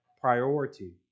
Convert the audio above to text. priority